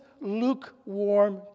lukewarm